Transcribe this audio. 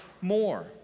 more